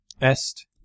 Est